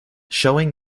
showing